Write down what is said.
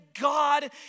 God